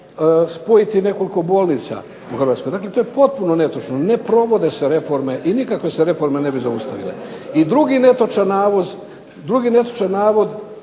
spojiti nekoliko bolnica u Hrvatskoj. Dakle, to je potpuno netočno. Ne provode se reforme i nikakve se reforme ne bi zaustavile. I drugi netočan navod